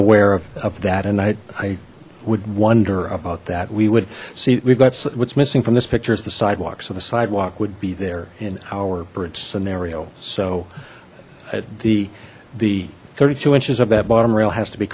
aware of that and i would wonder about that we would see we've got what's missing from this picture is the sidewalk so the sidewalk would be there in our bridge scenario so the the thirty two inches of that bottom rail has to be